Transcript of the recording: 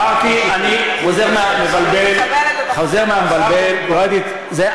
אמרתי, אני חוזר מה"מבלבלת" אני מקבלת את ה"חוזר".